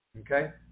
okay